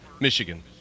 Michigan